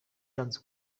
yanze